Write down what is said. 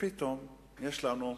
ופתאום יש לנו,